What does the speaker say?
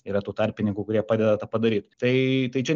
yra tų tarpininkų kurie padeda tą padaryt tai tai čia